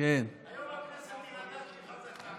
היום הכנסת הראתה שהיא חזקה.